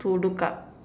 to look up